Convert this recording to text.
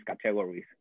categories